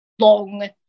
long